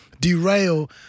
derail